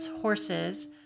horses